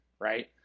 right